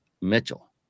Mitchell